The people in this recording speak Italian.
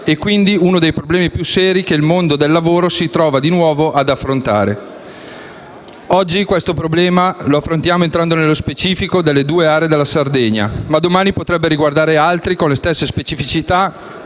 uno dei problemi più seri che il mondo del lavoro si trova di nuovo ad affrontare. Oggi questo problema lo affrontiamo entrando nello specifico delle due aree della Sardegna, ma domani potrebbe riguardarne altre con le stesse specificità